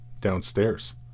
downstairs